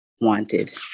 wanted